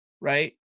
right